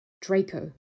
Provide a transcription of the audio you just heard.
Draco